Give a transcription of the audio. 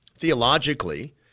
Theologically